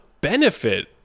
benefit